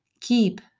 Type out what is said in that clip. keep